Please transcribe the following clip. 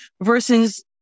versus